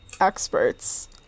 experts